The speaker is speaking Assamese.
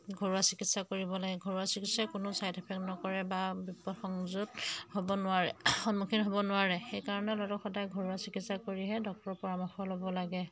ঘৰুৱা চিকিৎসা কৰিব লাগে ঘৰুৱা চিকিৎসাই কোনো ছাইড এফেক্ট নকৰে বা বিপদ সংযুত হ'ব নোৱাৰে সন্মুখীন হ'ব নোৱাৰে সেইকাৰণে ল'ৰাটোক সদায় ঘৰুৱা চিকিৎসা কৰিহে ডক্টৰৰ পৰামৰ্শ ল'ব লাগে